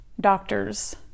doctors